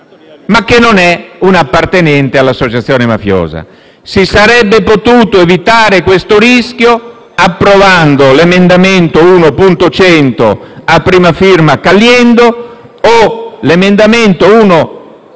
ma che non è un appartenente all'associazione mafiosa. Si sarebbe potuto evitare questo rischio approvando l'emendamento 1.100, a prima firma del senatore Caliendo, o l'emendamento 1.101,